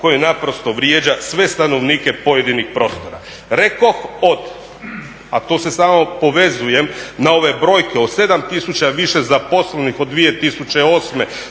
koje naprosto vrijeđa sve stanovnike pojedinih prostora. Rekoh od, a to se samo povezujem na ove brojke od 7 tisuća više zaposlenih od 2008.